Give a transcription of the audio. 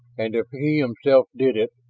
and if he himself did it,